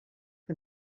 for